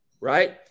right